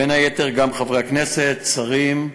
בין היתר גם חברי הכנסת ושרים.